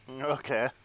Okay